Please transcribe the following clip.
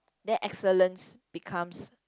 that excellence becomes